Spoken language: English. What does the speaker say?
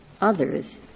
others